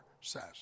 says